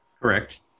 correct